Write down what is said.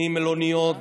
ממלוניות,